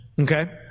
Okay